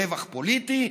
רווח פוליטי,